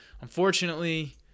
unfortunately